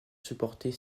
supporter